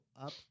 up